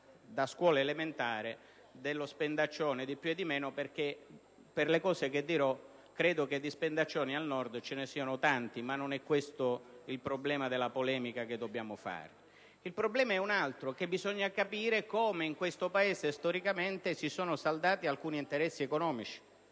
da scuola elementare, dello spendaccione, perché, per le cose che dirò, credo che di spendaccioni al Nord ce ne siano tanti. Ma non è questa la polemica che dobbiamo fare. Il problema è un altro: bisogna capire come in questo Paese, storicamente, si sono saldati alcuni interessi economici.